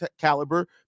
caliber